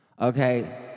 Okay